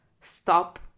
stop